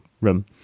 room